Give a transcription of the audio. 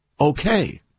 okay